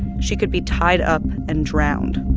she could be tied up and drowned